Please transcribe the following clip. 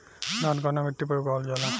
धान कवना मिट्टी पर उगावल जाला?